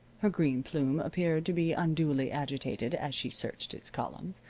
her green plume appeared to be unduly agitated as she searched its columns.